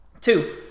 Two